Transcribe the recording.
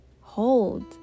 Hold